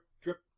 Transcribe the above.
drip